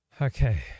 Okay